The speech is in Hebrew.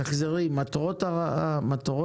תחזרי על מטרות הרפורמה,